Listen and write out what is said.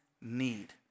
need